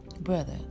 Brother